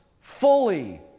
fully